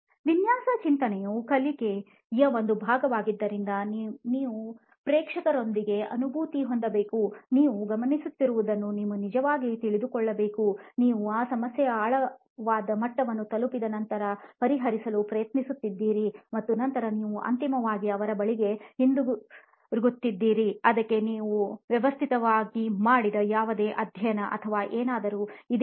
ವಿನ್ಯಾಸ ಚಿಂತನೆಯು ಕಲೆಯ ಒಂದು ಭಾಗವಾದ್ದರಿಂದ ನೀವು ಪ್ರೇಕ್ಷಕರೊಂದಿಗೆ ಅನುಭೂತಿ ಹೊಂದಬೇಕು ನೀವು ಗಮನಿಸುತ್ತಿರುವುದನ್ನು ನೀವು ನಿಜವಾಗಿಯೂ ತಿಳಿದುಕೊಳ್ಳಬೇಕು ನೀವು ಆ ಸಮಸ್ಯೆಯ ಆಳವಾದ ಮಟ್ಟವನ್ನು ತಲುಪಿದ ನಂತರ ಪರಿಹರಿಸಲು ಪ್ರಯತ್ನಿಸುತ್ತಿದ್ದೀರಿ ಮತ್ತು ನಂತರ ನೀವು ಅಂತಿಮವಾಗಿ ಅವರ ಬಳಿಗೆ ಹಿಂತಿರುಗುತ್ತಿದ್ದೀರಿ ಅದಕ್ಕೆ ನೀವು ವ್ಯವಸ್ಥಿತವಾಗಿ ಮಾಡಿದ ಯಾವುದೇ ಅಧ್ಯಯನ ಅಥವಾ ಏನಾದರೂ ಇದೆಯೇ